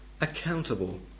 accountable